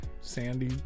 Sandy